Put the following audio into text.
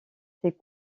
ses